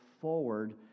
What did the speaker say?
forward